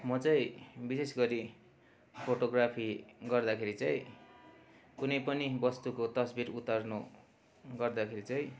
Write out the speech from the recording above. म चैँ विशेष गरी फोटो ग्राफी गर्दाखेरि चाहिँ कुनै पनि वस्तुको तस्बिर उतार्नु गर्दाखेरि चाहिँ